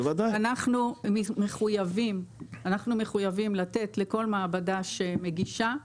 אנחנו מחויבים לתת לכל מעבדה שמגישה,